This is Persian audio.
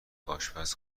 آشپز